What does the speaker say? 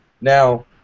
Now